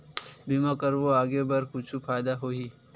बीमा करबो आगे बर कुछु फ़ायदा होही?